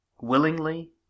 Willingly